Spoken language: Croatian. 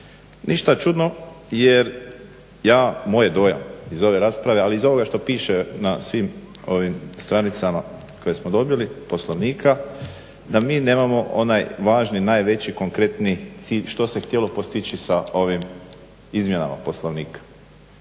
Ništa čudno, jer ja moj je dojam iz ove rasprave, ali i iz ovoga što piše na svim ovim stranicama koje smo dobili Poslovnika da mi nemamo onaj važni, najveći, konkretni cilj što se htjelo postići sa ovim izmjenama Poslovnika.